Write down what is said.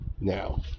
Now